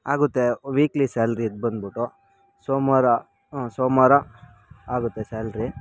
ಆಗುತ್ತೆ weekly salary ಇದು ಬಂದುಬಿಟ್ಟು ಸೋಮವಾರ ಸೋಮವಾರ ಆಗುತ್ತೆ ಸ್ಯಾಲ್ರಿ